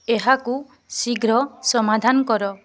ଏହାକୁ ଶୀଘ୍ର ସମାଧାନ କର